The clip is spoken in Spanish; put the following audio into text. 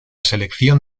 selección